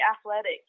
athletic